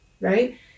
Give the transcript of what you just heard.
right